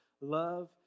love